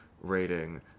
rating